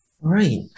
Right